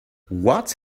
what